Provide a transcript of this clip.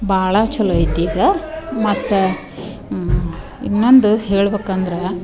ಭಾಳ ಚಲೋ ಐತೆ ಈಗ ಮತ್ತೆ ಇನ್ನೊಂದು ಹೇಳ್ಬೇಕಂದ್ರೆ